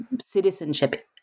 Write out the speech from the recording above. citizenship